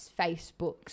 Facebooks